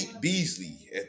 Beasley